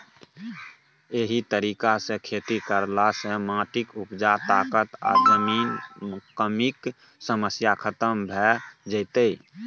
एहि तरीका सँ खेती करला सँ माटिक उपजा ताकत आ जमीनक कमीक समस्या खतम भ जेतै